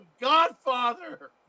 Godfather